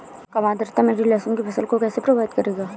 कम आर्द्रता मेरी लहसुन की फसल को कैसे प्रभावित करेगा?